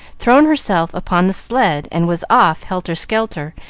thrown herself upon the sled, and was off, helter-skelter,